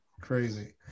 Crazy